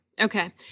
Okay